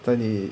在你